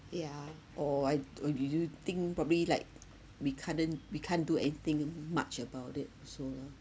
yeah or I'd or do you think probably like we couldn't we can't do anything much about it also lah